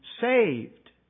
saved